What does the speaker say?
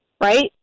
right